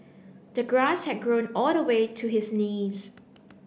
the grass had grown all the way to his knees